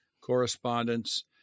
correspondence